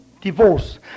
divorce